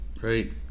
right